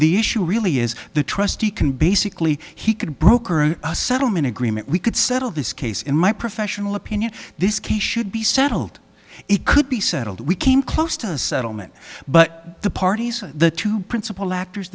the issue really is the trustee can basically he could broker a settlement agreement we could settle this case in my professional opinion this case should be settled it could be settled we came close to a settlement but the parties the two principal actors